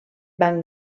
banc